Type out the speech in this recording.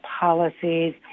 policies